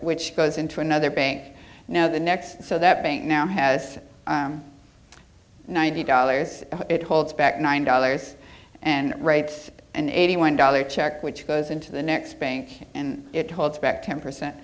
which goes into another bank now the next so that bank now has ninety dollars it holds back nine dollars and writes and eighty one dollar check which goes into the next bank and it holds back ten percent